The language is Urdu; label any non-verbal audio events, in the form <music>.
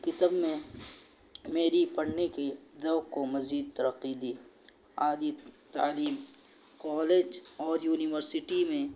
کتب میں میری پڑھنے کی ذوق کو مزید ترقی دی <unintelligible> تعلیم کالج اور یونیورسٹی میں